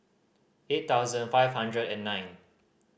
eight thousand five hundred and nine